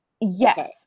Yes